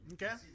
Okay